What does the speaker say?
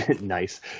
Nice